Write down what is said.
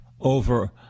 over